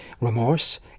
remorse